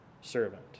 servant